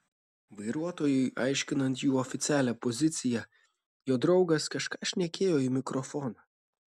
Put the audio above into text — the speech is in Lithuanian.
vairuotojui aiškinant jų oficialią poziciją jo draugas kažką šnekėjo į mikrofoną